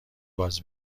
باز